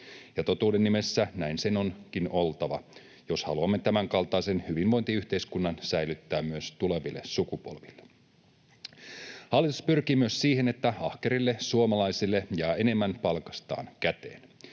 Totuuden nimessä näin sen onkin oltava, jos haluamme tämän kaltaisen hyvinvointiyhteiskunnan säilyttää myös tuleville sukupolville. Hallitus pyrkii myös siihen, että ahkerille suomalaisille jää enemmän palkastaan käteen.